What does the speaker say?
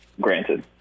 granted